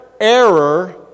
error